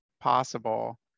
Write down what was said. possible